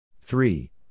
Three